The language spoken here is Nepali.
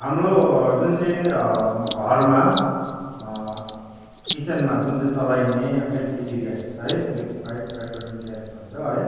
हाम्रो जुन चाहिँ घरमा किचनमा जुन चाहिँ चलाइने एलपिजी ग्यास है लिक्वीफाइड पेट्रोलियम ग्यास भन्छ है